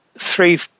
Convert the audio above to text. three